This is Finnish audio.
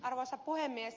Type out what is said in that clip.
arvoisa puhemies